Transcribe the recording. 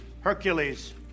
Hercules